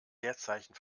leerzeichen